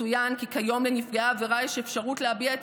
צוין כי כיום לנפגעי העבירה יש אפשרות להביע את